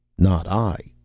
not i,